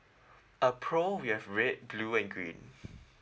uh pro we have red blue and green